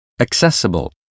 Accessible